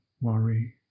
worry